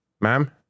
Ma'am